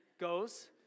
goes